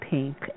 Pink